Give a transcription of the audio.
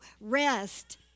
rest